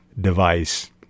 device